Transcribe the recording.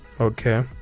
okay